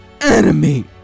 enemy